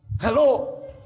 hello